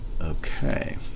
Okay